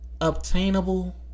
obtainable